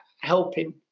helping